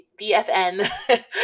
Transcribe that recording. BFN